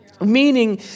Meaning